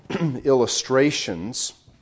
illustrations